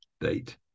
date